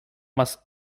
must